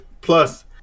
plus